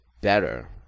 better